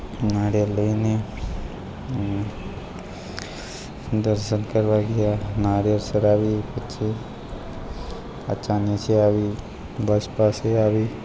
નાળિયેર લઈને દર્શન કરવા ગયા નાળિયેર ચડાવી પછી પાછા નીચે આવી બસ પાસે આવી